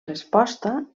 resposta